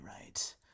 right